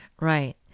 Right